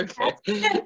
Okay